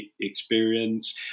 experience